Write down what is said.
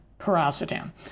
Paracetam